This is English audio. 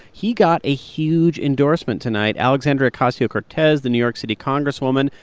he got a huge endorsement tonight. alexandria ocasio-cortez, the new york city congresswoman,